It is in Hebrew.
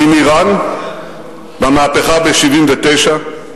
עם אירן במהפכה ב-1979,